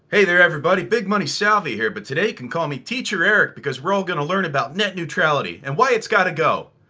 hey there everybody big money salvia here, but today you can call me teacher eric because we're all gonna learn about net neutrality and why it's gotta go.